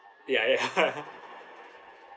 ya ya